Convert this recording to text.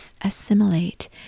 assimilate